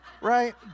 right